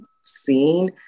seen